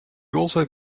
also